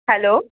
hello